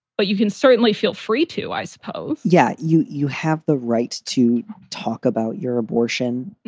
but you can certainly feel free to, i suppose yeah. you you have the right to talk about your abortion.